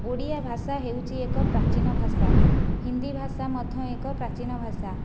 ଓଡ଼ିଆ ଭାଷା ହେଉଛି ଏକ ପ୍ରାଚୀନ ଭାଷା ହିନ୍ଦୀ ଭାଷା ମଧ୍ୟ ଏକ ପ୍ରାଚୀନ ଭାଷା